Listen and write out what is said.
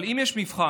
אבל אם יש מבחן,